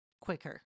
quicker